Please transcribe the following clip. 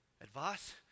advice